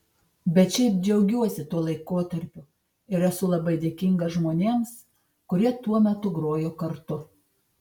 bet šiaip džiaugiuosi tuo laikotarpiu ir esu labai dėkingas žmonėms kurie tuo metu grojo kartu